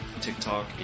TikTok